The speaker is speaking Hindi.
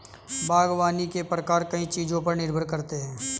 बागवानी के प्रकार कई चीजों पर निर्भर करते है